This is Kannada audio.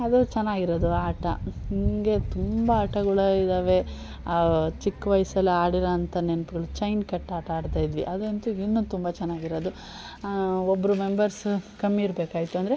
ಅದು ಚೆನ್ನಾಗಿರೋದು ಆಟ ಹಿಂಗೆ ತುಂಬ ಆಟಗಳು ಇದ್ದಾವೆ ಆ ಚಿಕ್ಕ ವಯಸ್ಸಲ್ಲಿ ಆಡಿರೋವಂಥ ನೆನ್ಪುಗಳು ಚೈನ್ ಕಟ್ ಆಟ ಆಡತಾಯಿದ್ವಿ ಅದಂತು ಇನ್ನು ತುಂಬ ಚೆನ್ನಾಗಿರೊದು ಒಬ್ಬರು ಮೆಂಬರ್ಸು ಕಮ್ಮಿ ಇರಬೇಕಾಗಿತ್ತು ಅಂದರೆ